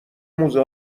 موزه